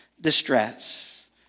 distress